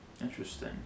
Interesting